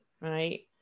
right